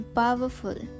powerful